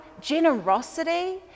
generosity